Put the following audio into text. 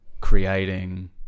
creating